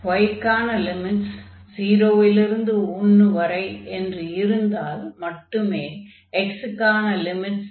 y க்கான limits 0 லிருந்து 1 வரை என்று இருந்தால் மட்டுமே x க்கான லிமிட்ஸ் 0 லிருந்து y என்று இருக்கும்